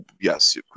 yes